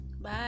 Bye